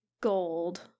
Gold